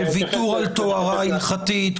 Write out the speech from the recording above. ויתור על טהרה הלכתית,